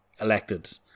elected